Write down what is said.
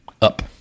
up